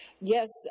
Yes